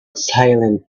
silent